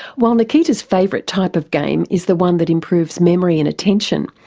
while nikita's favourite type of game is the one that improves memory and attention,